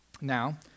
Now